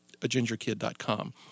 Agingerkid.com